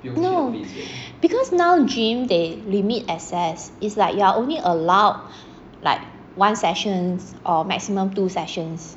no because now gym they limit access is like you are only allowed like one sessions or maximum two sessions